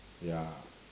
ya